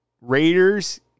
Raiders